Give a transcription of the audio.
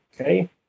Okay